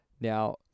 Now